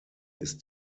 ist